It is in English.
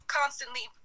constantly